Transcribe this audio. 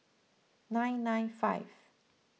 nine nine five